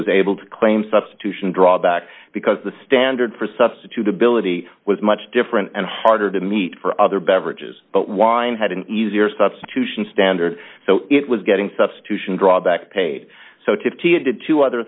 was able to claim substitution drawback because the standard for substitutability was much different and harder to meet for other beverages but wine had an easier substitution standard so it was getting substitution drawback paid so if he added two other